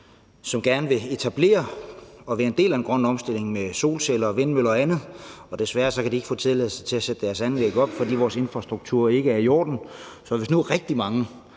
som gerne vil være en del af den grønne omstilling og etablere solceller, vindmøller og andet. Desværre kan de ikke få tilladelse til at sætte deres anlæg op, fordi vores infrastruktur ikke er i orden. Så hvis nu rigtig mange,